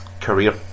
career